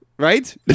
Right